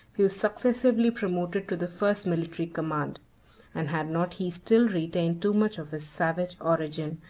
he was successively promoted to the first military command and had not he still retained too much of his savage origin,